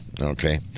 Okay